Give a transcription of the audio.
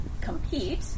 compete